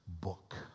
book